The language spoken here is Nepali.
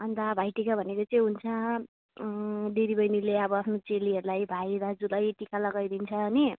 अन्त भाइटिका भनेको चाहिँ हुन्छ दिदीबैनीले अब आफ्नो चेलीहरूलाई भाइदाजुलाई टिका लगाइदिन्छ नि